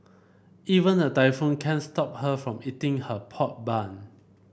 even a typhoon can't stop her from eating her pork bun